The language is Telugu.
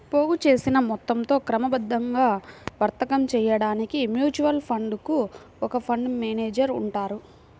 పోగుచేసిన మొత్తంతో క్రమబద్ధంగా వర్తకం చేయడానికి మ్యూచువల్ ఫండ్ కు ఒక ఫండ్ మేనేజర్ ఉంటారు